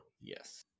Yes